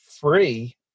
free